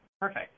Perfect